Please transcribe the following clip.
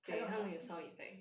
他弄很大声